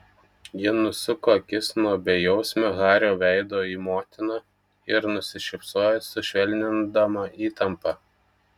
ji nusuko akis nuo bejausmio hario veido į motiną ir nusišypsojo sušvelnindama įtampą